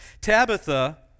tabitha